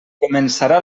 començarà